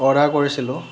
order কৰিছিলোঁ